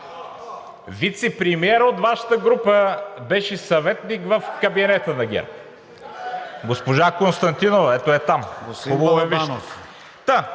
Вицепремиерът от Вашата група беше съветник в кабинета на ГЕРБ – госпожа Константинова, ето я там. Хубаво я вижте.